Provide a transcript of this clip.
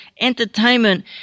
entertainment